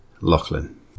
Lachlan